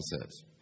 says